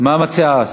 מה את מציעה?